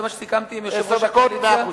זה מה שסיכמתי עם יושב-ראש האופוזיציה.